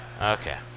Okay